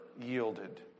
yielded